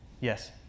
Yes